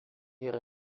yra